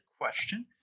question